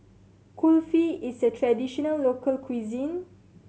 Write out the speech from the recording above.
Kulfi is a traditional local cuisine